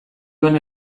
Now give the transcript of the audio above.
joan